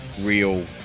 real